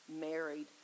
married